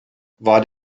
war